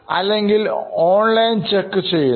അല്ലെങ്കിൽ online check ചെയ്യുന്നു